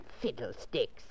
Fiddlesticks